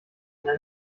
ihnen